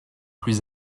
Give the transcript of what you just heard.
plus